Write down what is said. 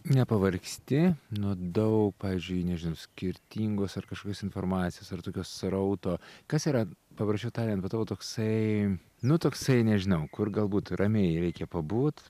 nepavargsti nuo daug pavyzdžiui nežinau skirtingos ar kažkokios informacijos ar tokio srauto kas yra paprasčiau tariant bet tavo toksai nu toksai nežinau kur galbūt ramiai reikia pabūt